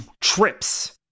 trips